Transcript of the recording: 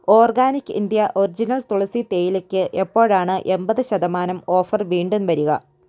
organic India original തുളസി തേയിലയ്ക്ക് എപ്പോഴാണ് എമ്പത് ശതമാനം ഓഫർ വീണ്ടും വരിക